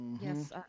Yes